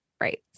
Right